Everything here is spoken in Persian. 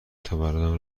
تولدم